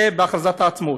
זה בהכרזת העצמאות.